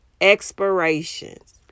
expirations